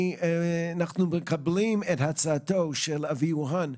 אנחנו מקבלים את הצעתו של אביהו האן,